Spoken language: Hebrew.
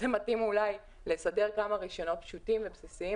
זה מתאים אולי לסדר כמה רישיונות פשוטים ובסיסיים.